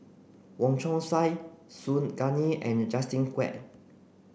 Wong Chong Sai Su Guaning and Justin Quek